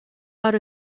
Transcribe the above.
out